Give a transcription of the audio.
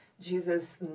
Jesus